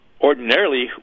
Ordinarily